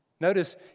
Notice